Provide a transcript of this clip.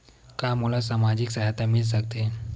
का मोला सामाजिक सहायता मिल सकथे?